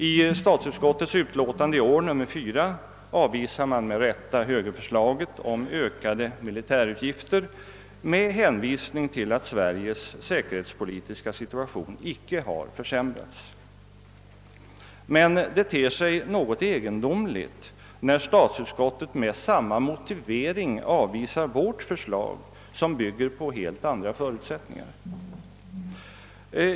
I statsutskottets utlåtande nr 4 avvisar man med rätta högerförslaget om ökade militärutgifter med hänvisning till att Sveriges säkerhetspolitiska situation icke har försämrats. Men det ter sig något egendomligt när statsutskottet med samma motivering avvisar vårt förslag som bygger på helt andra förutsättningar.